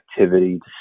activity